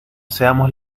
seamos